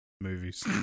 movies